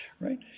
Right